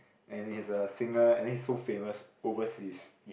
and he is a singer and then he is so famous overseas